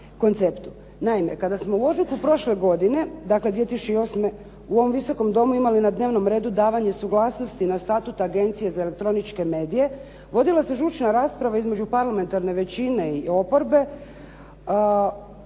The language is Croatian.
Naime, kada smo u ožujku prošle godine dakle 2008. u ovom Visokom domu imali na dnevnom redu davanje suglasnosti na statut Agencije za elektroničke medije, vodila se žučna rasprava između parlamentarne većine i oporbe